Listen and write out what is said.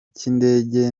cy’indege